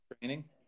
training